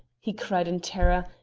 he cried in terror,